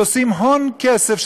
שעושים הון כסף,